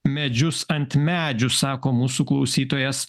medžius ant medžių sako mūsų klausytojas